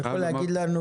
תוכל לומר לנו